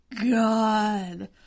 God